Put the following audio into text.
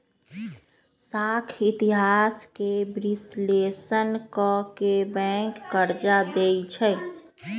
साख इतिहास के विश्लेषण क के बैंक कर्जा देँई छै